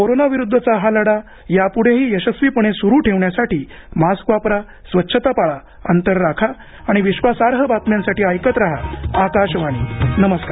कोरोनाविरुद्धचा हा लढा यापुढेही यशस्वीपणे सुरुठेवण्यासाठी मास्क वापरा स्वच्छता पाळा अंतर राखा आणि विश्वासार्ह बातम्यांसाठी ऐकत रहा आकाशवाणी नमस्कार